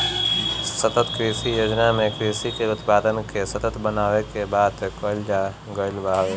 सतत कृषि योजना में कृषि के उत्पादन के सतत बनावे के बात कईल गईल हवे